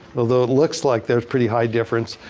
although it looks like they're pretty high difference.